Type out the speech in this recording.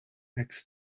next